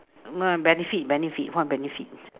benefit benefit what benefit